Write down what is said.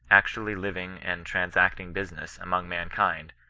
actually living and transact ing business among mankind,